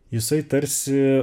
jisai tarsi